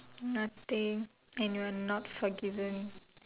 nothing and you're not forgiven